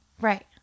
Right